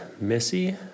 Missy